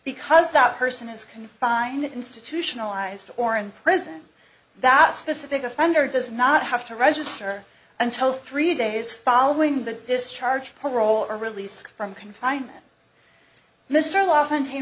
because that person is confined institutionalized or in prison that specific offender does not have to register until three days following the discharge parole or release from confinement mr l